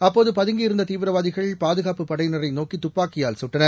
அப்போதுபதங்கியிருந்ததீவிரவாதிகள் பாதுகாப்பு படையினரைநோக்கிதுப்பாக்கியால் சுட்டனர்